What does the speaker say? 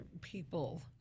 people